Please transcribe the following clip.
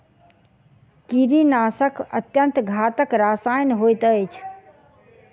कीड़ीनाशक अत्यन्त घातक रसायन होइत अछि